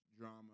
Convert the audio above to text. drama